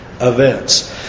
events